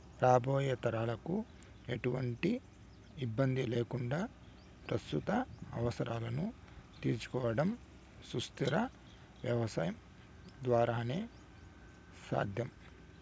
రాబోయే తరాలకు ఎటువంటి ఇబ్బంది లేకుండా ప్రస్తుత అవసరాలను తీర్చుకోవడం సుస్థిర వ్యవసాయం ద్వారానే సాధ్యం